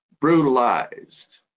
brutalized